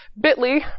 bit.ly